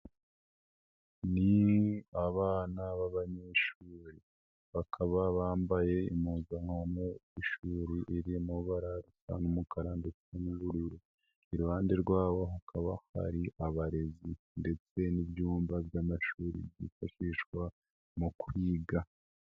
Ni abana b'abanyeshuri bakaba bambaye impuzankano y'ishuri iri mu ibara ry'umukara ndetse n'ubururu. Iruhande rwabo hakaba hari abarezi ndetse n'ibyumba by'amashuri byifashishwa mu kwiga.